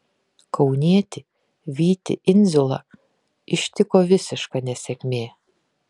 kaunietį vytį indziulą ištiko visiška nesėkmė